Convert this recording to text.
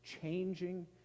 changing